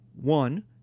one